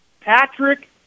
Patrick